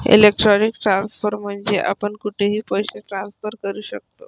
electronic transfer म्हणजे आपण कुठेही पैसे ट्रान्सफर करू शकतो